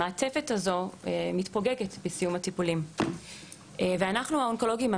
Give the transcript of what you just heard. המעטפת הזו מתפוגגת בסיום הטיפולים ואנחנו האונקולוגים,